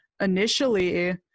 initially